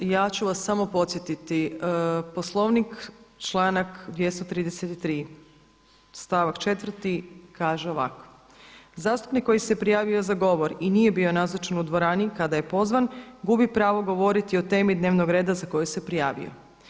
Ja ću vas samo podsjetiti, Poslovnik, članak 233. stavak 4. kaže ovako: „Zastupnik koji se prijavio za govor i nije bio nazočan u dvorani kada je pozvan gubi pravo govoriti o temi dnevnog reda za koju se prijavio.